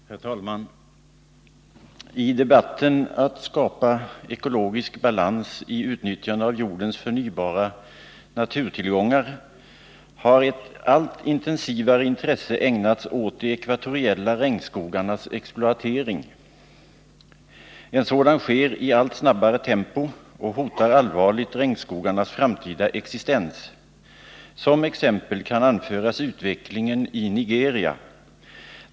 Herr talman! I debatten om att skapa ekologisk balans i utnyttjandet av jordens förnybara naturtillgångar har ett allt intensivare intresse ägnats åt de ekvatoriella regnskogarnas exploatering. En sådan sker i ett allt snabbare tempo och hotar allvarligt regnskogarnas framtida existens. Som exempel kan anföras utvecklingen i Nigeria.